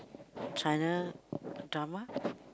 China drama